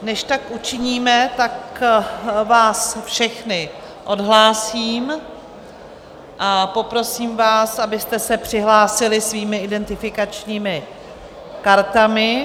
Než tak učiníme, tak vás všechny odhlásím a poprosím vás, abyste se přihlásili svými identifikačními kartami.